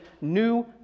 new